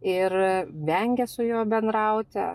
ir vengė su juo bendrauti